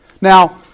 Now